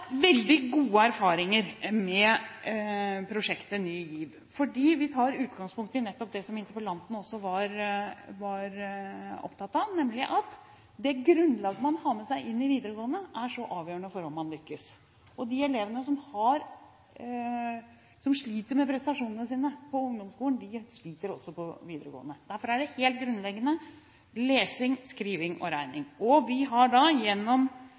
veldig gode erfaringer med prosjektet Ny GIV. Vi tar utgangspunkt i nettopp det som interpellanten også var opptatt av, nemlig at det grunnlaget man har med seg inn i videregående skole, er avgjørende for om man lykkes. De elevene som sliter med prestasjonene sine på ungdomsskolen, sliter også på videregående. Derfor er lesing, skriving og regning helt grunnleggende. Vi har gjennom